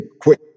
quick